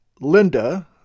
Linda